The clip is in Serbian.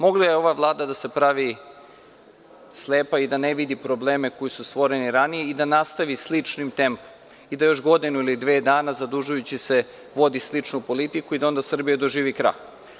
Mogla je ova Vlada da se pravi slepa i da ne vidi probleme koji su stvoreni ranije i da nastavi sličnim tempom i da još godinu ili dve dana, zadužujući se, vodi sličnu politiku i da onda Srbija doživi krah.